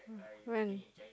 when